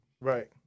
Right